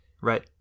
Right